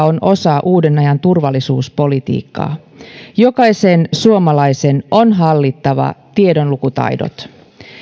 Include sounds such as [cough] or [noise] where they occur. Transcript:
[unintelligible] on osa uuden ajan turvallisuuspolitiikkaa jokaisen suomalaisen on hallittava tiedonlukutaidot